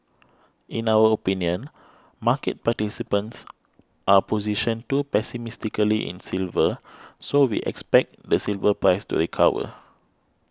in our opinion market participants are positioned too pessimistically in silver so we expect the silver price to recover